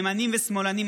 ימנים ושמאלנים,